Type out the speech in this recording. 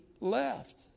left